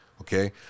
okay